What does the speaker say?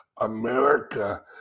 America